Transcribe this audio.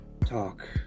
talk